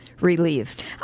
relieved